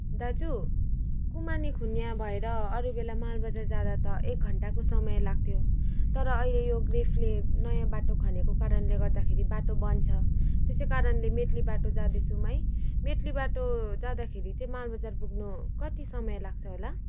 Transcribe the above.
दाजु कुमाने खुनिया भएर अरू बेला माल बजार जाँदा त एक घन्टाको समय लाग्थ्यो तर अहिले यो ग्रेफले नयाँ बाटो खनेको कारणले गर्दाखेरि बाटो बन्द छ त्यसै कारणले मेटली बाटो जाँदैछौँ है मेटली बाटो जाँदाखेरि चाहिँ माल बजार पुग्नु कति समय लाग्छ होला